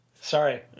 sorry